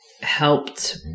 helped